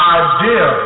idea